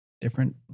Different